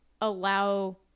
allow